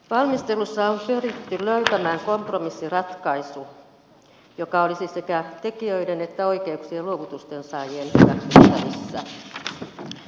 valmistelussa on pyritty löytämään kompromissiratkaisu joka olisi sekä tekijöiden että oikeuksien luovutusten saajien hyväksyttävissä